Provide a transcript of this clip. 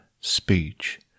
speech